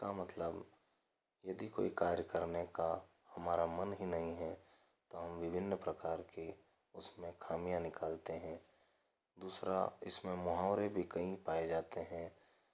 इसका मतलब यदि कोई कार्य करने का हमारा मन ही नहीं है तो हम विभिन्न प्रकार के उसमें खामियाँ निकालते है दूसरा इसमें मुहावरे भी कई पाए जाते हैं